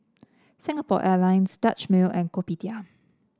Singapore Airlines Dutch Mill and Kopitiam